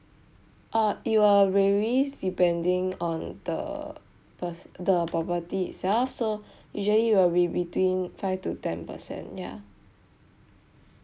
uh it will varies depending on the pers~ the property itself so usually will be between five to ten percent ya